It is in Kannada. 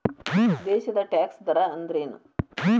ದೇಶದ್ ಟ್ಯಾಕ್ಸ್ ದರ ಅಂದ್ರೇನು?